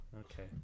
okay